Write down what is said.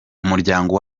umuryango